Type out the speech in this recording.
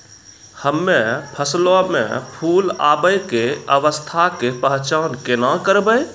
हम्मे फसलो मे फूल आबै के अवस्था के पहचान केना करबै?